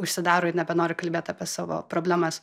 užsidaro ir nebenori kalbėt apie savo problemas